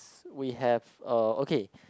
we have uh okay